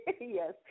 Yes